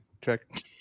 check